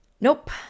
nope